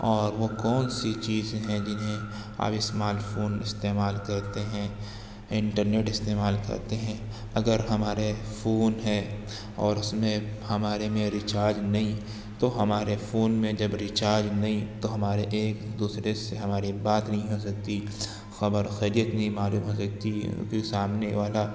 اور وہ کون سی چیز ہیں جنہیں اب اسمارٹ فون استعمال کرتے ہیں انٹرنیٹ استعمال کرتے ہیں اگر ہمارے فون ہے اور اس میں ہمارے میں ریچارج نہیں تو ہمارے فون میں جب ریچارج نہیں تو ہمارے ایک دوسرے سے ہماری بات نہیں ہو سکتی خبر خیریت نہیں معلوم ہو سکتی کیونکہ سامنے والا